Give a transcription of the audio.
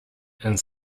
and